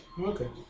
Okay